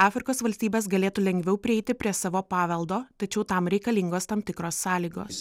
afrikos valstybės galėtų lengviau prieiti prie savo paveldo tačiau tam reikalingos tam tikros sąlygos